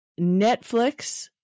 netflix